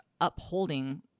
upholding